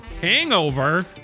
hangover